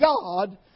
God